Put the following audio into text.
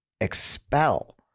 expel